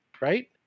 right